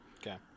Okay